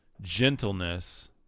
gentleness